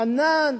פנאן,